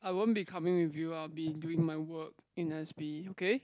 I won't be coming with you I'll be doing my work in s_p okay